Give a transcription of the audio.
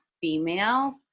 female